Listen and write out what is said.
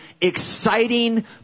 exciting